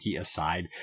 aside